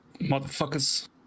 Motherfuckers